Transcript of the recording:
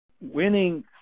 Winning –